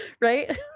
right